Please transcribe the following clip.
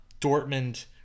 Dortmund